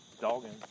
Dogging